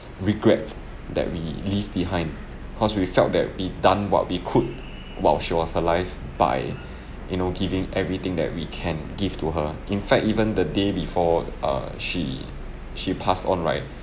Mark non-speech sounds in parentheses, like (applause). regrets that we leave behind cause we felt that we done what we could while she was alive by (breath) you know giving everything that we can give to her in fact even the day before err she she passed on right